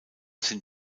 sind